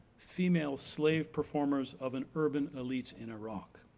female slave performers of an urban elite in iraq.